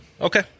Okay